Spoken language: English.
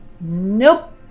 nope